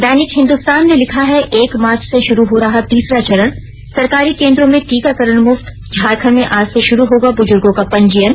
दैनिक हिन्दुस्तान ने लिखा है एक मार्च से शुरू हो रहा तीसरा चरण सरकारी केन्द्रों में टीकाकरण मुफ्त झारखंड में आज से शुरू होगा बुजुर्गों का पंजीयन